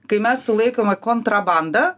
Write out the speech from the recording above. kai mes sulaikome kontrabanda